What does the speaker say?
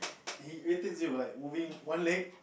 he irritates you like moving one leg